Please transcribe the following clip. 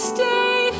Stay